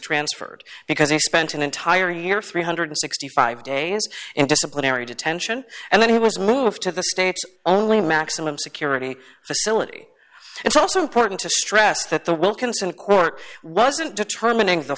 transferred because he spent an entire year three hundred and sixty five days in disciplinary detention and then he was moved to the states only maximum security facility it's also important to stress that the wilkinson court wasn't determining the